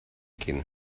gehen